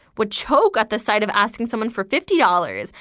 would choke at the sight of asking someone for fifty dollars.